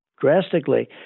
drastically